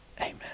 Amen